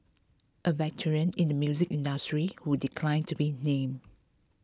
a veteran in the music industry who declined to be named